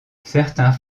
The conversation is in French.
certains